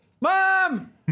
Mom